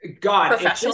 God